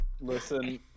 Listen